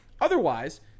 Otherwise